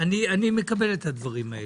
אני מקבל את הדברים האלה,